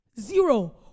zero